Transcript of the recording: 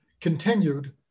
continued